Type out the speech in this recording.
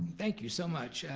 thank you so much,